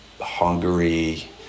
Hungary